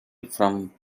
from